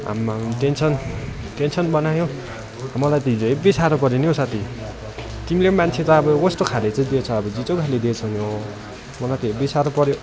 आम्माम tension tension बनायो हौ मलाई त हिजो हेब्बी साह्रो पऱ्यो नि हौ साथी तिमीले पनि मान्छे त अब कस्तो खाले चाहिँ दिएछ अब झिँजो खाले दिएछ नि हौ मलाई त हेब्बी साह्रो पऱ्यो